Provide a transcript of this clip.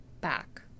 back